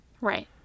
Right